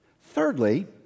Thirdly